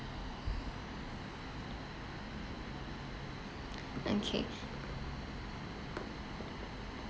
okay